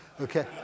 okay